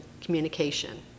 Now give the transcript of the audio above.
communication